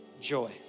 joy